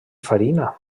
farina